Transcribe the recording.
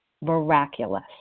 miraculous